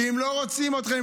כי הם לא רוצים אתכם,